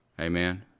Amen